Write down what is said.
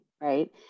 right